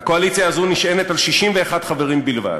הקואליציה הזו נשענת על 61 חברים בלבד.